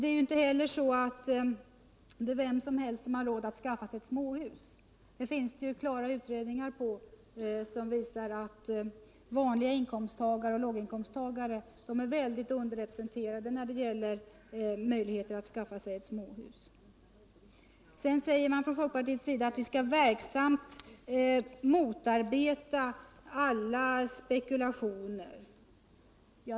Det är inte heller vem som helst som har råd att skaffa sig småhus. Det finns utredningar gjorda som klart visar att vanliga inkomsttagare och låginkomsttagaroc är mycket underrepresenterade när det gäller möjligheterna att skaffa sig småhus. På folkpartihåll säger man att vi skall verksamt motarbeta alla spekulationer.